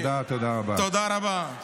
תודה רבה.